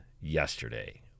yesterday